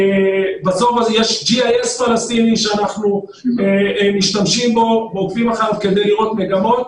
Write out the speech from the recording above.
בסוף יש GIS פלסטיני שאנחנו משתמשים בו ועוקבים אחריו כדי לראות מגמות.